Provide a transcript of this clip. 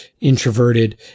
introverted